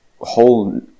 whole